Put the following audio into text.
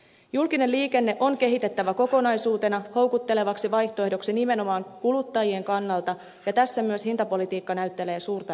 julkinen liikenne on kehitettävä kokonaisuutena houkuttelevaksi vaihtoehdoksi nimenomaan kuluttajien kannalta ja tässä myös hintapolitiikka näyttelee suurta roolia